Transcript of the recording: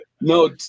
No